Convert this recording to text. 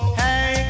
hey